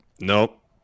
Nope